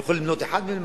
אני יכול למנות אחד מהם.